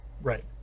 Right